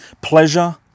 Pleasure